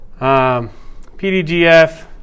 PDGF